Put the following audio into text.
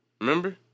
Remember